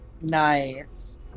Nice